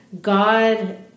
God